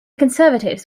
conservatives